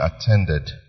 attended